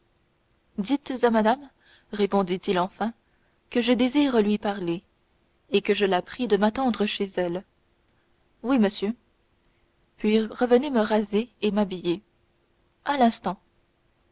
dites à madame répondit-il enfin que je désire lui parler et que je la prie de m'attendre chez elle oui monsieur puis revenez me raser et m'habiller à l'instant